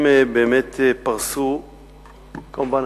כמובן